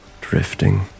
drifting